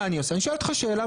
יש קווים אדומים.